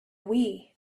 wii